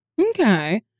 Okay